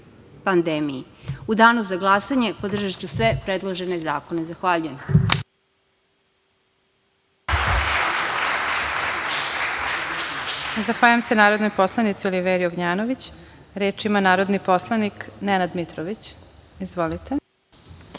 pandemiji. U danu za glasanje podržaću sve predložene zakone. Zahvaljujem. **Elvira Kovač** Zahvaljujem se narodnoj poslanici Oliveri Ognjanović. Reč ima narodni poslanik Nenad Mitrović. **Nenad